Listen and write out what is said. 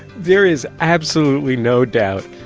there is absolutely no doubt,